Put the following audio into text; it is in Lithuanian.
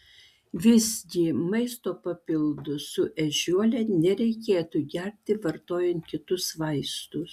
visgi maisto papildus su ežiuole nereikėtų gerti vartojant kitus vaistus